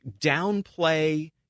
downplay